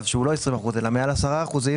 שהוא לא 20 אחוזים אלא מעל 10 אחוזים,